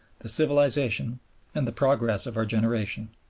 the civilization and the progress of our generation.